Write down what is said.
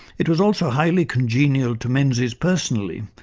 it was also highly congenial to menzies personally,